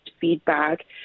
feedback